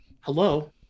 Hello